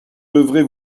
devrez